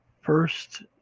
first